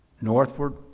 Northward